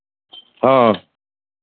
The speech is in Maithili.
हँ